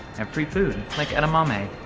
and free food. like and um um and